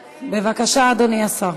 בבקשה, אדוני השר.